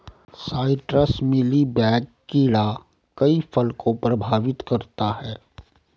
citrus mealy bug कीड़ा कई फल को प्रभावित करता है